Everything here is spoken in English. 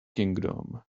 kingdom